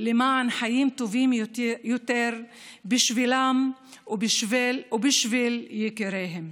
למען חיים טובים יותר בשבילם ובשביל יקיריהם.